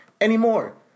anymore